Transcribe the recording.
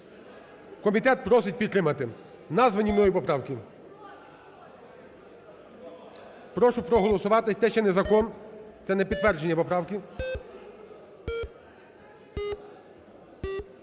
Комітет просить підтримати названі мною поправки. Прошу проголосувати. Це ще не закон, це на підтвердження поправки.